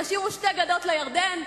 ישירו "שתי גדות לירדן"?